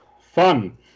Fun